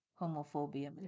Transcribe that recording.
homophobia